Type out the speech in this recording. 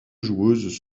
joueuses